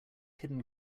hidden